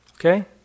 Okay